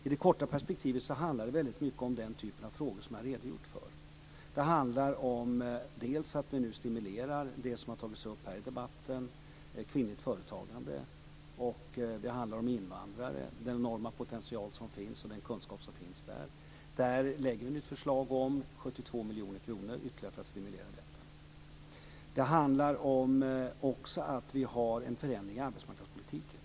I det korta perspektivet handlar det väldigt mycket om den typ av frågor som jag har redogjort för. Det handlar om att vi nu stimulerar det som har tagits upp här i debatten, dvs. kvinnligt företagande, och invandrare och den enorma potential och kunskap som finns där. Där lägger vi nu ett förslag om 72 miljoner kronor ytterligare för att stimulera detta. Det handlar också om att vi har en förändring i arbetsmarknadspolitiken.